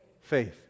faith